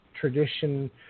tradition